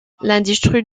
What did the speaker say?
l’industrie